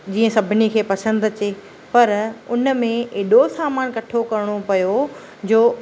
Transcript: जीअं सभिनी खे पसंदि अचे पर उन में एॾो सामान कठो करणो पियो जो